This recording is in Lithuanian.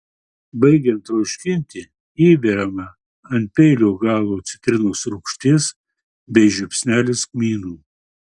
baigiant troškinti įberiama ant peilio galo citrinos rūgšties bei žiupsnelis kmynų